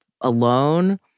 alone